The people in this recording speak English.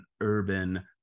urban